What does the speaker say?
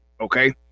Okay